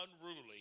unruly